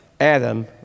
Adam